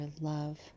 love